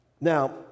now